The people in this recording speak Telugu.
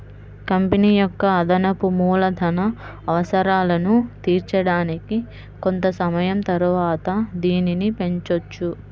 కంపెనీ యొక్క అదనపు మూలధన అవసరాలను తీర్చడానికి కొంత సమయం తరువాత దీనిని పెంచొచ్చు